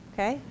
Okay